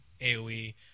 AoE